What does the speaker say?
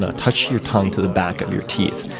ah touch your tongue to the back of your teeth,